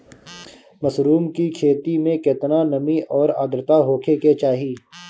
Mushroom की खेती में केतना नमी और आद्रता होखे के चाही?